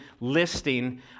listing